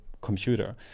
computer